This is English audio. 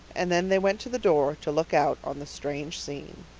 and then they went to the door to look out on the strange scene.